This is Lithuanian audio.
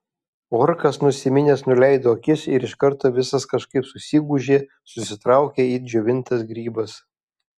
orkas nusiminęs nuleido akis ir iš karto visas kažkaip susigūžė susitraukė it džiovintas grybas